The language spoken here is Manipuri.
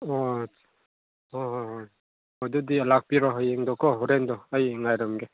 ꯑꯥ ꯍꯣꯏ ꯍꯣꯏ ꯍꯣꯏ ꯑꯣ ꯑꯗꯨꯗꯤ ꯂꯥꯛꯄꯤꯔꯣ ꯍꯌꯦꯡꯗꯣꯀꯣ ꯍꯣꯔꯦꯟꯗꯣ ꯑꯩ ꯉꯥꯏꯔꯝꯒꯦ